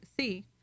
see